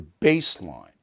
baseline